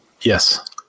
Yes